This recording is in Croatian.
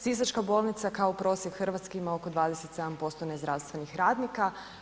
Sisačka bolnica kao prosjek Hrvatske ima oko 27% nezdravstvenih radnika.